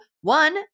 one